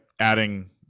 adding